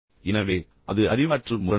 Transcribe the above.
எனவே அது அறிவாற்றல் முரண்பாடு